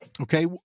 Okay